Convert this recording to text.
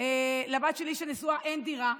ולבת שלי שנשואה אין דירה,